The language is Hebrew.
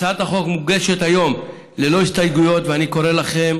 הצעת החוק מוגשת היום ללא הסתייגויות ואני קורא לכם,